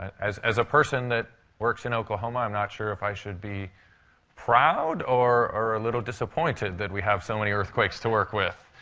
as as a person that works in oklahoma, i'm not sure if i should be proud or or a little disappointed that we have so many earthquakes to work with.